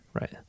right